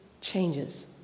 changes